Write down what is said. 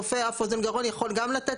רופא אף אוזן גרון יכול גם לתת?